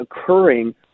occurring